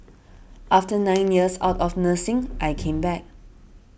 after nine years out of nursing I came back